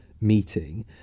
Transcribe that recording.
meeting